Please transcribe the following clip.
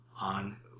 on